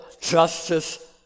justice